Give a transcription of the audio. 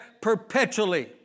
perpetually